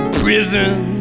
prison